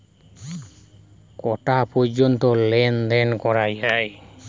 কটা পর্যন্ত লেন দেন করা য়ায়?